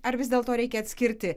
ar vis dėlto reikia atskirti